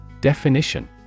Definition